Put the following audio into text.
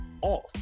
off